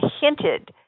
hinted